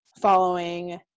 following